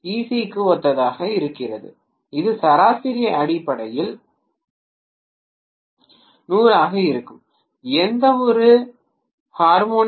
க்கு ஒத்ததாக இருக்கிறது இது சராசரி அடிப்படையில் 0 ஆக இருக்கும் எந்தவொரு ஹார்மோனிக் டி